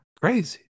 Crazy